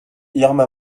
irma